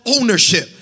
ownership